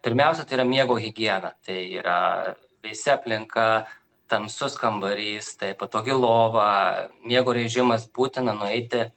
pirmiausia tai yra miego higiena tai yra vėsi aplinka tamsus kambarys tai patogi lova miego režimas būtina nueiti